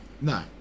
No